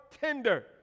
tender